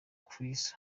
kris